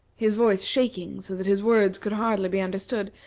his voice shaking so that his words could hardly be understood,